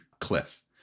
cliff